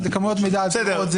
זה כמויות מידע עצומות,